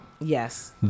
Yes